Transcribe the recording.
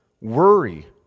worry